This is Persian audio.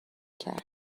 کردم